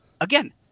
again